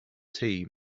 tea